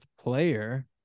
player